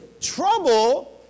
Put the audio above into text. trouble